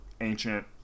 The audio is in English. ancient